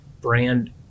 brand